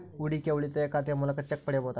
ಹೂಡಿಕೆಯ ಉಳಿತಾಯ ಖಾತೆಯ ಮೂಲಕ ಚೆಕ್ ಪಡೆಯಬಹುದಾ?